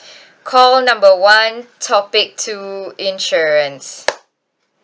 call number one topic two insurance